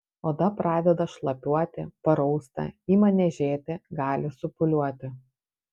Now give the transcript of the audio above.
oda pradeda šlapiuoti parausta ima niežėti gali supūliuoti